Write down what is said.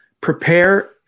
Prepare